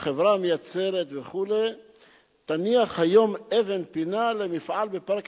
החברה המייצרת תניח היום אבן פינה למפעל בפארק